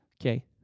Okay